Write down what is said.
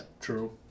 True